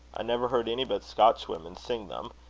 i never heard any but scotch women sing them,